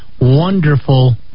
wonderful